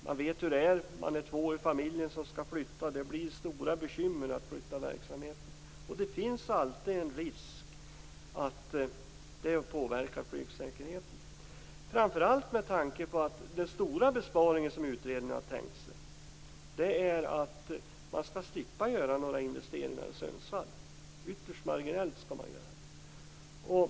Man vet hur det är när två i familjen skall flytta, och det blir stora bekymmer med att flytta verksamheten. Det finns alltid en risk att det påverkar flygsäkerheten, framför allt med tanke på att den stora besparing som utredningen har tänkt sig är att man skall slippa göra annat än ytterst marginella investeringar i Sundsvall.